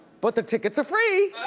but the tickets are free.